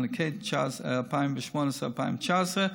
מענקי 2018 2019,